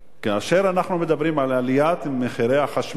כאשר אנחנו מדברים על עליית מחירי החשמל,